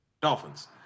Dolphins